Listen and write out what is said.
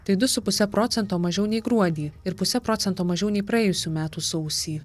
tai du su puse procento mažiau nei gruodį ir puse procento mažiau nei praėjusių metų sausį